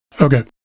Okay